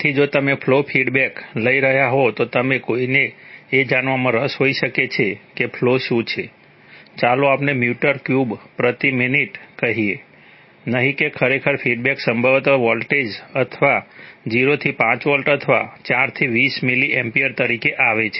તેથી જો તમે ફ્લો ફીડબેક કહીએ નહીં કે ખરેખર ફીડબેક સંભવતઃ વોલ્ટેજ અથવા 0 થી 5 વોલ્ટ અથવા 4 થી 20 મિલી એમ્પીયર તરીકે આવે છે